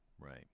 Right